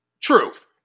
Truth